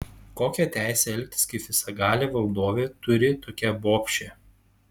kokią teisę elgtis kaip visagalė valdovė turi tokia bobšė